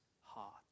heart